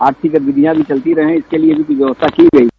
आर्थिक गतिविधियां भी चलती रहें इसके लिए भी व्यवस्था की गई है